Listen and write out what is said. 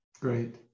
Great